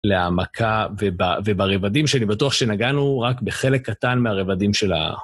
להעמקה וברבדים שאני בטוח שנגענו רק בחלק קטן מהרבדים של ה...